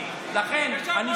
על מה אתה מדבר?